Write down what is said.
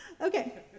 Okay